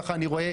ככה אני רואה.